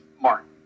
Martin